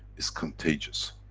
it's contagious.